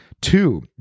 Two